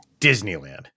Disneyland